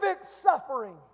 suffering